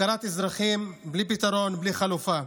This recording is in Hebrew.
הפקרת אזרחים בלי פתרון, בלי חלופה.